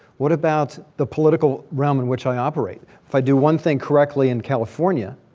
what about the political realm in which i operate? if i do one thing correctly in california,